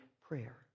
prayer